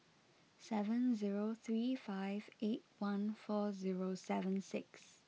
seven zero three five eight one four zero seven six